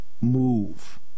move